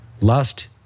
Lust